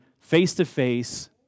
face-to-face